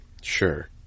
sure